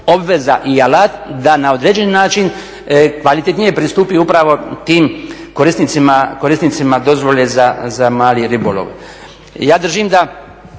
obveza i alat da na određeni način kvalitetnije pristupi upravo tim korisnicima dozvole za mali ribolov. Ja držim da